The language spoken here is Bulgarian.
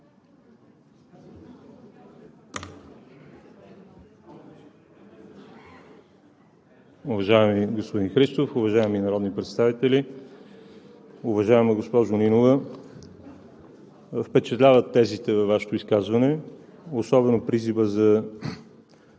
Уважаеми господин Христов, уважаеми народни представители! Уважаема госпожо Нинова, впечатляват тезите във Вашето изказване – особено призивът за